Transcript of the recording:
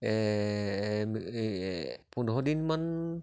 এই পোন্ধৰ দিনমান